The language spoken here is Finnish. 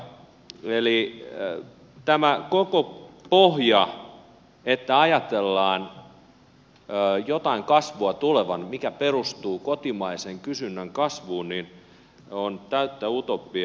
eli tämä koko pohja että ajatellaan tulevan jotain kasvua mikä perustuu kotimaisen kysynnän kasvuun on täyttä utopiaa